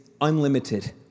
unlimited